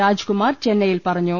രാജ്കുമാർ ചെന്നൈയിൽ പറഞ്ഞു